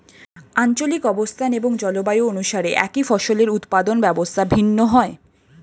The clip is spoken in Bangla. আঞ্চলিক অবস্থান এবং জলবায়ু অনুসারে একই ফসলের উৎপাদন ব্যবস্থা ভিন্ন হয়